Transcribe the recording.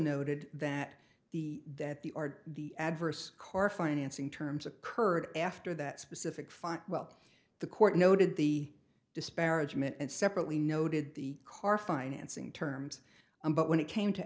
noted that the that the are the adverse car financing terms occurred after that specific fine well the court noted the disparagement and separately noted the car financing terms but when it came to